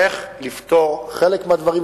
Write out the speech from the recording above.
איך לפתור חלק מהדברים.